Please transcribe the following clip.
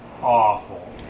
awful